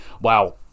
wow